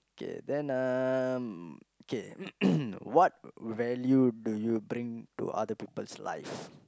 okay then um okay what value do you bring to other people's life